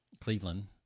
cleveland